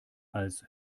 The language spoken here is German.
als